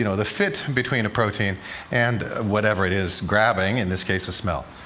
you know the fit between a protein and whatever it is grabbing, in this case a smell.